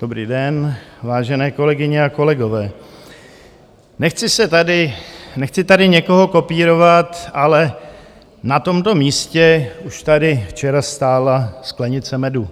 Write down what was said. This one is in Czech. Dobrý den, vážené kolegyně a kolegové, nechci tady někoho kopírovat, ale na tomto místě už tady včera stála sklenice medu.